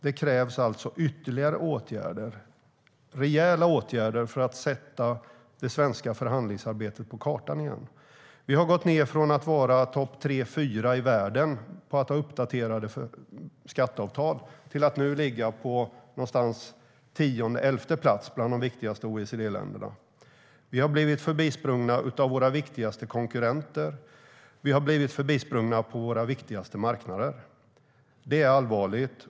Det krävs alltså ytterligare rejäla åtgärder för att sätta det svenska förhandlingsarbetet på kartan igen. Sverige har gått ned från att vara bland de topp tre fyra länderna i världen på att ha uppdaterade skatteavtal till att nu ligga på tionde eller elfte plats bland de viktigaste OECD-länderna. Sverige har blivit förbisprunget av de viktigaste konkurrenterna och de viktigaste marknaderna. Det är allvarligt.